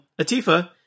atifa